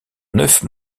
neuf